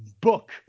book